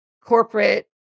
corporate